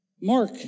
Mark